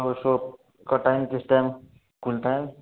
اور شاپ کا ٹائم کس ٹائم کھلتا ہے